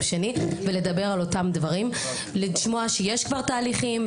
שני ולדבר על אותם דברים - לשמוע שיש כבר תהליכים,